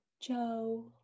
Joe